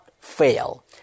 Fail